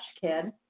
kid